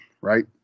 right